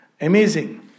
amazing